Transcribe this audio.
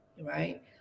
right